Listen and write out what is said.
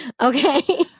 Okay